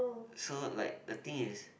so like the thing is